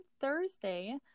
Thursday